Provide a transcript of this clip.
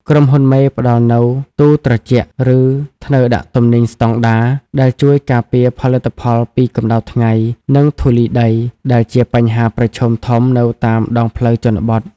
ក្រុមហ៊ុនមេផ្ដល់នូវ "ទូត្រជាក់ ឬធ្នើដាក់ទំនិញស្ដង់ដារ" ដែលជួយការពារផលិតផលពីកម្ដៅថ្ងៃ និងធូលីដី ដែលជាបញ្ហាប្រឈមធំនៅតាមដងផ្លូវជនបទ។